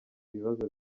ibibazo